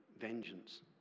vengeance